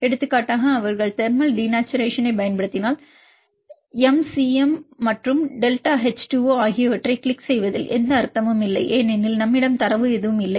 எடுத்துக்காட்டாக அவர்கள் thermal denaturation பயன்படுத்தினால் மீ சி மீ மற்றும் டெல்டா ஜி எச் 2 ஓ ஆகியவற்றைக் கிளிக் செய்வதில் எந்த அர்த்தமும் இல்லை ஏனென்றால் நம்மிடம் தரவு எதுவும் இல்லை